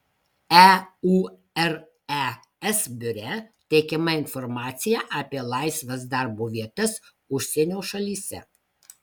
eures biure teikiama informacija apie laisvas darbo vietas užsienio šalyse